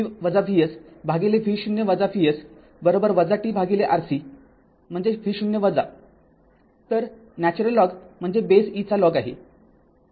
तर हे ln tRc म्हणजे v0 तर नैसर्गिक लॉग म्हणजे बेस e चा लॉग आहे